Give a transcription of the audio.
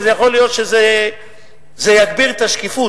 ויכול להיות שזה יגביר את השקיפות.